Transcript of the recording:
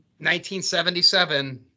1977